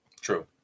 True